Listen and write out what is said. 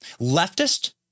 leftist